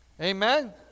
Amen